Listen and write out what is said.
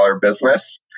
business